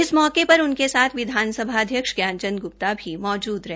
इस मौक उनके साथ विधानसभा अध्यक्ष ज्ञान चंद ग्प्ता भी मौजूद रहे